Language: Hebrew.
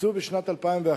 הוקצו בשנת 2011,